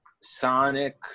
Sonic